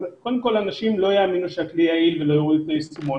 אז קודם כול אנשים לא יאמינו שהכלי יעיל ולא יורידו את היישומון,